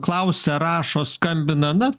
klausia rašo skambina na